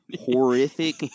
horrific